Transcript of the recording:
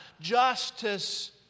justice